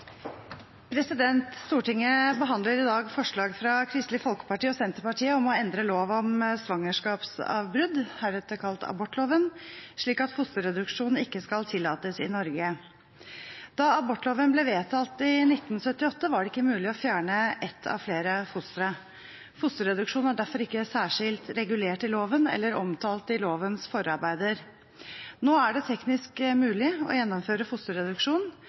Stortinget behandler i dag et forslag fra Kristelig Folkeparti og Senterpartiet om å endre lov om svangerskapsavbrudd, heretter kalt abortloven, slik at fosterreduksjon ikke skal tillates i Norge. Da abortloven ble vedtatt i 1978, var det ikke mulig å fjerne ett av flere fostre. Fosterreduksjon er derfor ikke særskilt regulert i loven eller omtalt i lovens forarbeider. Nå er det teknisk mulig å gjennomføre fosterreduksjon,